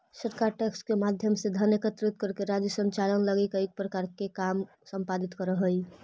सरकार टैक्स के माध्यम से धन एकत्रित करके राज्य संचालन लगी कई प्रकार के काम संपादित करऽ हई